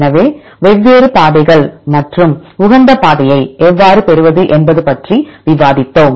எனவே வெவ்வேறு பாதைகள் மற்றும் உகந்த பாதையை எவ்வாறு பெறுவது என்பது பற்றி விவாதித்தோம்